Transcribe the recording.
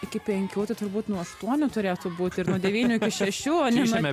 iki penkių tai turbūt nuo aštuonių turėtų būti ir nuo devynių iki šešių o ne